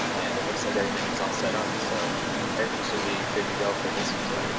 and it looks like everything is all set up, so everything should be good to go for this user.